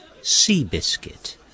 Seabiscuit